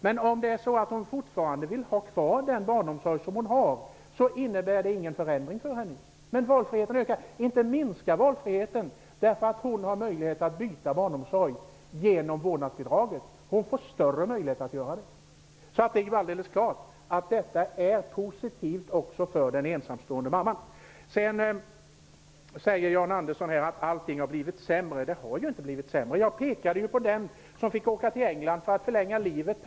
Men om hon vill ha kvar den barnomsorg som hon har, innebär vårdnadsbidraget ingen förändring för henne. Inte minskar valfriheten därför att hon har möjlighet att byta barnomsorg med hjälp av vårdnadsbidraget? Hon får större möjlighet att göra det. Helt klart är detta positivt också för den ensamstående mamman. Jan Andersson sade att allting har blivit sämre, men det har det inte. Jag pekade ju på den som fick åka till England för att förlänga sitt liv.